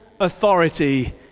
authority